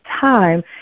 time